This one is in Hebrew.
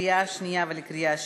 לקריאה שנייה ולקריאה שלישית,